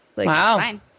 Wow